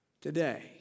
today